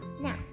now